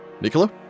Niccolo